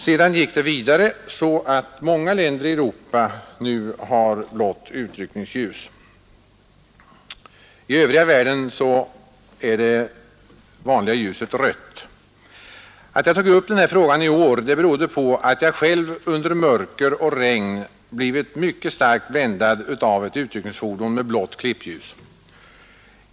Sedan spreds detta vidare så att många länder i Europa nu har blått utryckningsljus. I övriga delar av världen är utryckningsljuset vanligen rött. Att jag tog upp denna fråga i år berodde på att jag själv under mörker och regn blir mycket starkt bländad av ett utryckningsfordon med blått klippljus.